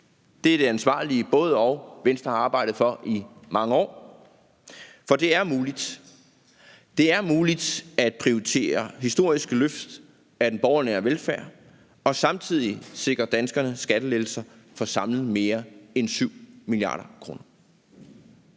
Det er det ansvarlige både-og, Venstre har arbejdet for i mange år. For det er muligt. Det er muligt at prioritere historiske løft af den borgernære velfærd og samtidig sikre danskerne skattelettelser for samlet mere end 7 mia. kr.